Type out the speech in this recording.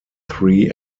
three